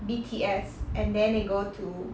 B_T_S and then they go to